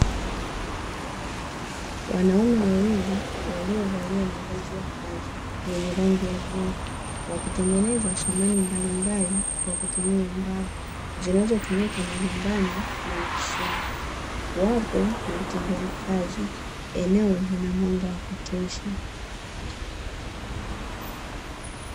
Wanaume wawili waliovalia mavazi ya kazi yenye rangi ya bluu, wakitengeneza samani mbalimbali kwa kutumia mbao, zinazotumika majumbani na ofisini, wapo na vitendea kazi. Eneo lina mwanga wa kutosha.